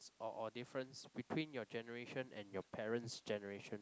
or or difference between your generation and your parents' generation